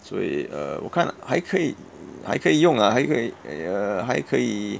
所以 err 我看还可以还可以用 ah 还可以 err 还可以